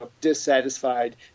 dissatisfied